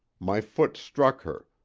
my foot struck her,